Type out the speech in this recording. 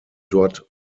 dort